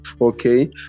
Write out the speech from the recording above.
Okay